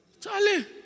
Charlie